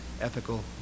ethical